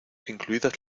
incluidas